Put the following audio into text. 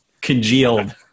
congealed